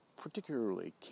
particularly